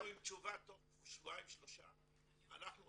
תבוא אלינו עם תשובה תוך שבועיים שלושה, אלה